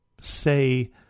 say